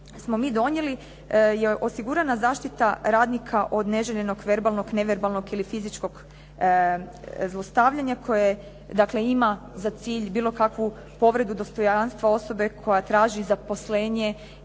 smo mi donijeli je osigurana zaštita radnika od neželjenog verbalnog, ne verbalnog ili fizičkog zlostavljanja koje dakle, ima za cilj bilo kakvu povredu dostojanstva osobe koja traži zaposlenje